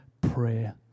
prayer